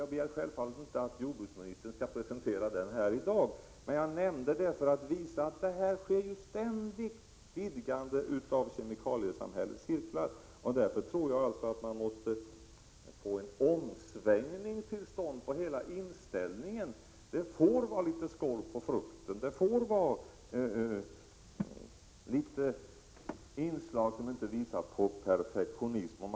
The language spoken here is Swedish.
Jag begär självfallet inte att jordbruksministern skall presentera en sådan här i dag. Jag nämnde den saken bara för att visa att kemikaliesamhällets cirklar ständigt vidgas. Därför tror jag att vi måste få till stånd en omsvängning när det gäller inställningen över huvud taget i detta sammanhang. Det får alltså vara litet skorv på frukten. Det får finnas inslag som inte visar på perfektionism.